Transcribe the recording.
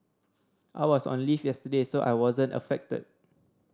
I was on leave yesterday so I wasn't affected